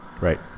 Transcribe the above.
Right